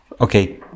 okay